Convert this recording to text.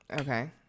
Okay